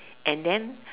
and then